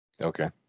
okay